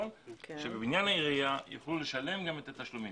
שבבניין העירייה יוכלו לשלם גם את התשלומים?